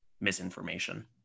misinformation